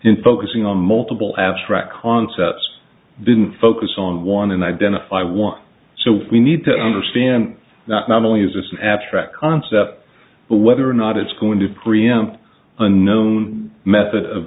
in focusing on multiple abstract concepts didn't focus on one and identify one so we need to understand that not only is this an abstract concept but whether or not it's going to preempt a known method of